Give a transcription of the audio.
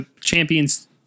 Champions